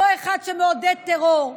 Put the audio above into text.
אותו אחד שמעודד טרור.